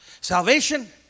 Salvation